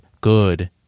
good